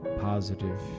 positive